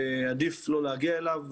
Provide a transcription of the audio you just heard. ועדיף לא להגיע אליו.